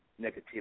negativity